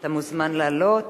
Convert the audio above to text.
אתה מוזמן לעלות,